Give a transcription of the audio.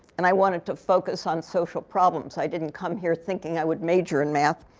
and i wanted to focus on social problems. i didn't come here thinking i would major in math.